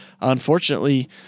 unfortunately